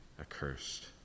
accursed